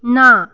না